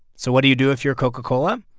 so what do you do if you're coca-cola?